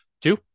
two